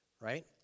right